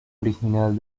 original